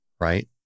right